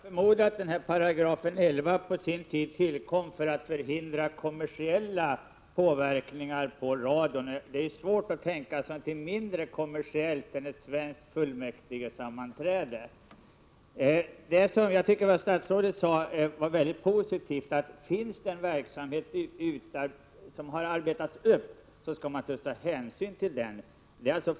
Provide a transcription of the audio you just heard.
Herr talman! Jag förmodar att 11 § på sin tid tillkom för att förhindra kommersiell påverkan i närradion. Det är dock svårt att tänka sig något mindre kommersiellt än ett svenskt fullmäktigesammanträde! Jag tycker att det som statsrådet sade var mycket positivt, dvs. finns det en verksamhet som har arbetats in skall man ta hänsyn till den.